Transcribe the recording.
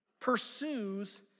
pursues